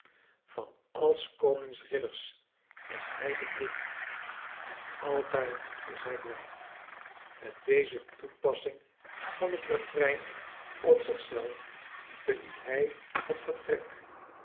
van al s konings ridders is hij de bloem en altijd is hij blij met deze toepassing van het referein op zich zelf verliet hij het vertrek